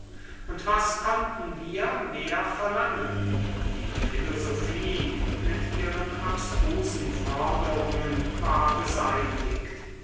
und was konnten wir mehr verlangen die philosophie mit ihren abstrusen forderungen war beseitigt